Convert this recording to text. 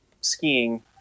skiing